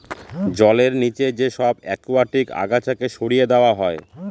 জলের নিচে যে সব একুয়াটিক আগাছাকে সরিয়ে দেওয়া হয়